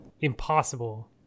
impossible